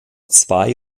zwei